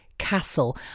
Castle